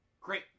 Great